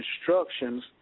instructions